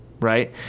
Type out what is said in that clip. right